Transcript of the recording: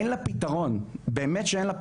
אין לה פתרון, באמת שאין לה פתרון,